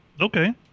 Okay